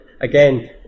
again